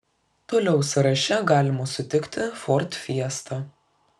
toliau sąraše galima sutikti ford fiesta